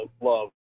love